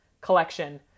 collection